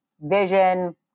vision